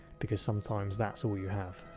because sometimes that's all you have.